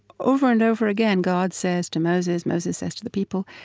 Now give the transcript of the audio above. over and over again, god says to moses, moses says to the people,